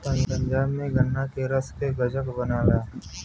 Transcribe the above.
पंजाब में गन्ना के रस गजक बनला